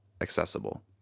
accessible